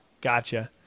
Gotcha